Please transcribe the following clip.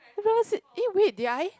I don't know eh wait did I